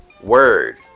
Word